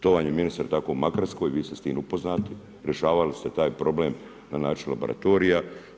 To vam je ministre, tako i u Makarskoj, vi ste s tim upoznati, rješavali ste taj problem na način laboratorija.